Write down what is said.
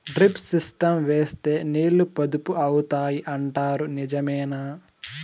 Drip system వేస్తే నీళ్లు పొదుపు అవుతాయి అంటారు నిజమేనా?